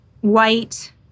white